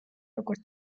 როგორც